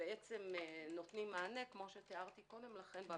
ובעצם נותנים מענה, כפי שתיארתי קודם לכן.